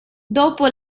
dopo